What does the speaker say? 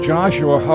Joshua